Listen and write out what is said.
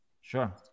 sure